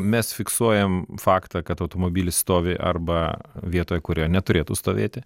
mes fiksuojam faktą kad automobilis stovi arba vietoj kurioj neturėtų stovėti